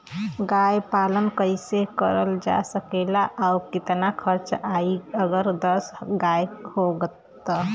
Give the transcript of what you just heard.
गाय पालन कइसे करल जा सकेला और कितना खर्च आई अगर दस गाय हो त?